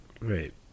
Right